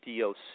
DOC